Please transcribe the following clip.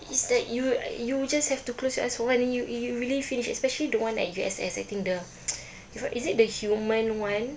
is like you you just have to close your eyes for a while then you you already finish especially the one at U_S_S I think the is it the human one